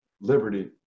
liberty